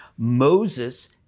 Moses